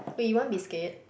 wait you want biscuit